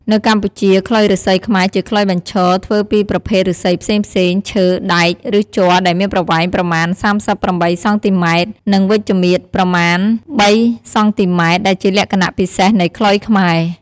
នៅកម្ពុជា ខ្លុយឫស្សីខ្មែរជាខ្លុយបញ្ឈរធ្វើពីប្រភេទឫស្សីផ្សេងៗ ឈើ ដែក ឬជ័រដែលមានប្រវែងប្រមាណ ៣៨ សង់ទីម៉ែត្រ. និងវិជ្ឈមាត្រប្រមាណ ៣ សង់ទីម៉ែត្រ. ដែលជាលក្ខណៈពិសេសនៃខ្លុយខ្មែរ។